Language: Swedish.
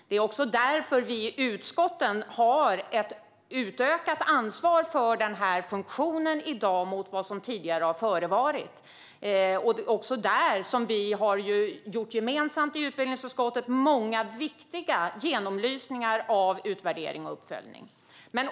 Det är också därför vi i utskotten har ett utökat ansvar för den här funktionen i dag jämfört med vad som tidigare förevarit, och vi har också gemensamt i utbildningsutskottet gjort många viktiga genomlysningar av utvärdering och uppföljning.